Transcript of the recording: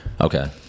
Okay